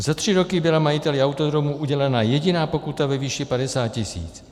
Za tři roky byla majiteli autodromu udělena jediná pokuta ve výši 50 tisíc.